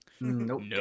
Nope